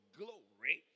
glory